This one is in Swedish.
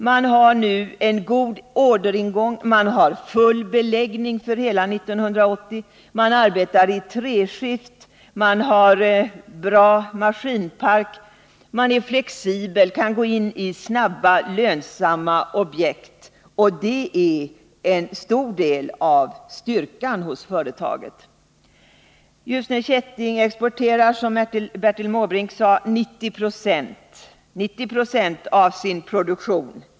Man har nu en god orderingång och full beläggning för hela 1980. Man arbetar i treskift, har en bra maskinpark, är flexibel och kan gå in i snabba, lönsamma objekt — det är en stor del av styrkan hos företaget. Ljusne Kätting exporterar, som Bertil Måbrink sade, 9090 av sin produktion.